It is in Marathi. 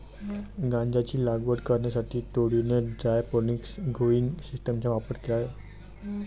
गांजाची लागवड करण्यासाठी टोळीने हायड्रोपोनिक्स ग्रोइंग सिस्टीमचा वापर केला